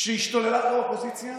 כשהשתוללה פה האופוזיציה